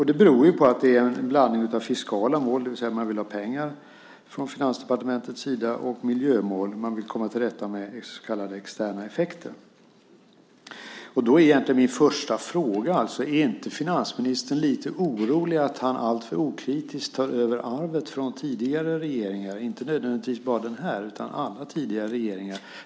Det beror på att det är en blandning av fiskala mål, det vill säga att man vill ha pengar från Finansdepartementets sida, och miljömål där man vill komma till rätta med den så kallade externa effekten. Då är min första fråga: Är inte finansministern lite orolig att han alltför okritiskt tar över arvet från tidigare regeringar, inte nödvändigtvis bara den förra, utan alla tidigare regeringar?